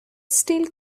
still